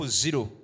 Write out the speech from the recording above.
zero